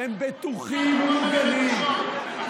תעשו את